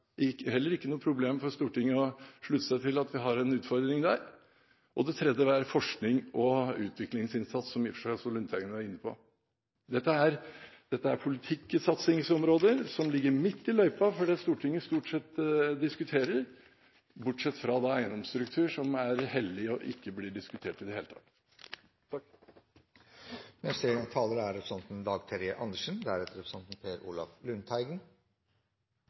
heller ikke noe problem for Stortinget å slutte seg til at vi har en utfordring der. Det tredje var forsknings- og utviklingsinnsats, som i og for seg også Lundteigen var inne på. Dette er politikk i satsingsområder som ligger midt i løypa for det Stortinget stort sett diskuterer, bortsett fra eiendomsstruktur, som er hellig og ikke blir diskutert i det hele tatt.